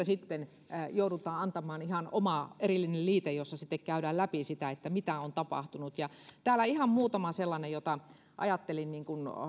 sitten antamaan ihan oma erillinen liite jossa sitten käydään läpi sitä mitä on tapahtunut täällä on ihan muutama sellainen joista ajattelin